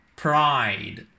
pride